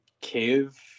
cave